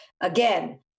Again